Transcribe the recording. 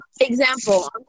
example